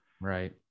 Right